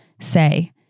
say